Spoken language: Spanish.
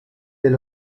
del